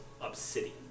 obsidian